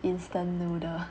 instant noodle